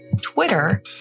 Twitter